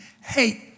hate